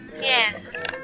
Yes